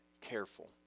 careful